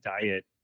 diet